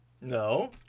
No